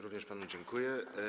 Również panu dziękuję.